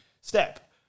step